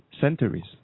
centuries